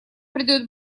придает